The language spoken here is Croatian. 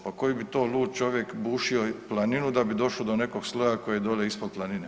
Pa koji bi to lud čovjek bušio planinu da bi došao do nekog sloja koji je dolje ispod planine.